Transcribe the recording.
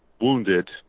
wounded